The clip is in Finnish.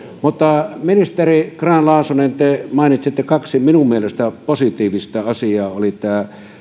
ministeri grahn laasonen te mainitsitte kaksi minun mielestäni positiivista asiaa tämä